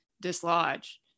dislodge